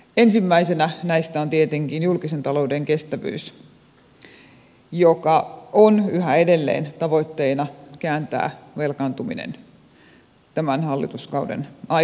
ensimmäisenä näistä on tietenkin julkisen talouden kestävyys jonka osalta on yhä edelleen tavoitteena kääntää velkaantuminen tämän hallituskauden aikana